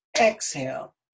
Exhale